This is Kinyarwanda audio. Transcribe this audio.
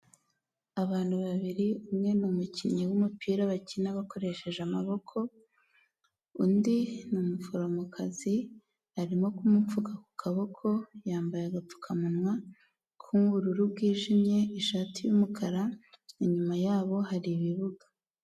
Abantu babiri umwe ni umukinnyi w'umupira bakina bakoresheje amaboko, undi ni umuforomokazi arimo kumupfuka ku kaboko, yambaye agapfukamunwa k'ubururu bwijimye ishati y'umukara inyuma yabo hari ibibuga.